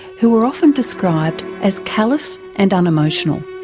who are often described as callous and unemotional.